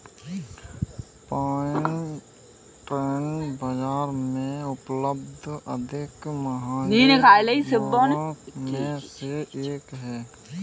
pine nuts बाजार में उपलब्ध अधिक महंगे मेवों में से एक हैं